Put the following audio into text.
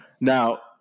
Now